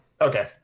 Okay